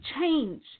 change